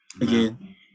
again